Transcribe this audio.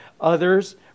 others